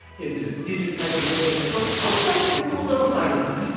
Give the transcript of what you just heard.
into digitizing millions of books, also into a little cybercrime